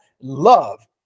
love